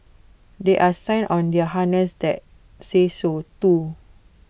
there are sign on their harness that say so too